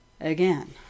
Again